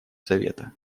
совета